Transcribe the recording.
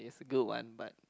is a good one but